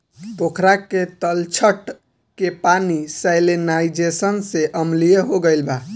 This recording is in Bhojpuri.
पोखरा के तलछट के पानी सैलिनाइज़ेशन से अम्लीय हो गईल बा